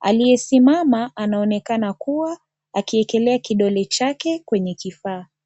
aliyesimama anaonekana kuwa akiekelea kidole chake kwenye kifaa.